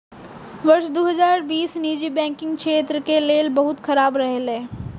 वर्ष दू हजार बीस निजी बैंकिंग क्षेत्र के लेल बहुत खराब रहलै